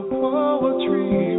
poetry